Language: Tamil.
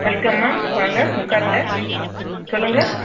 வெல்கம் மேம் வாங்க உட்காருங்க சொல்லுங்க